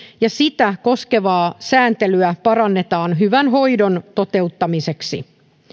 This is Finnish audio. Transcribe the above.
ja sitä koskevaa sääntelyä parannetaan hyvän hoidon toteuttamiseksi